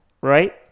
Right